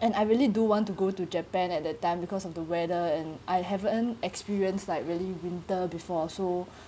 and I really do want to go to Japan at the time because of the weather and I haven't experienced like really winter before so